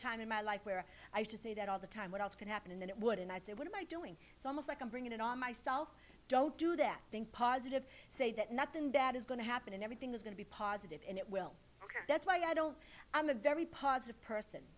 time in my life where i used to say that all the time what else could happen and then it would and i say what am i doing some of like i'm bringing it on myself don't do that think positive say that nothing bad is going to happen and everything is going to be positive and it will that's why i don't i'm a very positive person